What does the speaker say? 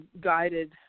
guided